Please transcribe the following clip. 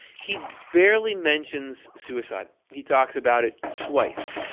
he barely mentions suicide. he talks about it twice.